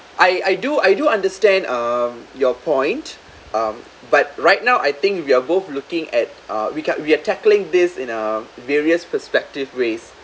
I I do I do understand um your point um but right now I think we are both looking at uh we can we're tackling this in a various perspective ways